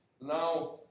now